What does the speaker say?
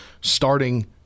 starting